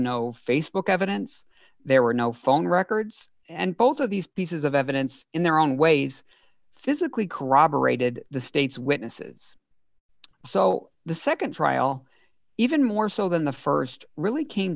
no facebook evidence there were no phone records and both of these pieces of evidence in their own ways physically corroborated the state's witnesses so the nd trial even more so than the st really came